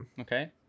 Okay